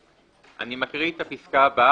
11:31) אני מקריא את הפסקה הבאה,